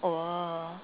oh